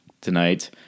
tonight